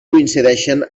coincideixen